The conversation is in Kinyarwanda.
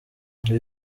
ibi